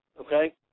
okay